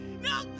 No